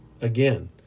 Again